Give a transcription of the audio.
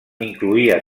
incloïa